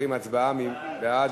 מי בעד?